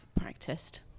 practiced